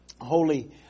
holy